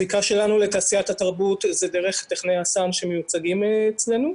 הזיקה שלנו לתעשיית התרבות היא זה דרך טכנאי הסאונד שמיוצגים אצלנו.